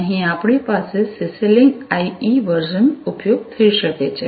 અહીં આપણી પાસે સીસી લિંક આઇઇ વર્ઝનનો ઉપયોગ થઈ શકે છે